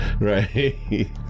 Right